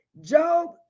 Job